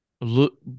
look